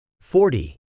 forty